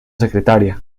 secretaria